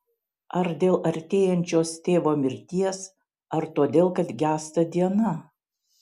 ar dėl artėjančios tėvo mirties ar todėl kad gęsta diena